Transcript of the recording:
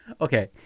Okay